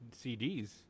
CDs